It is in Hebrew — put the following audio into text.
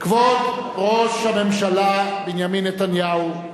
כבוד ראש הממשלה בנימין נתניהו,